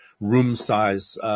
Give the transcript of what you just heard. room-size